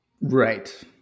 Right